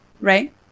right